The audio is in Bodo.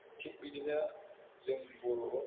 थिग बिदिनो जों बर'ल'